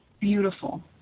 beautiful